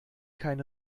kein